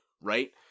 right